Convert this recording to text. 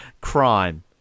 crime